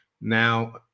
Now